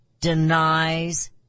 denies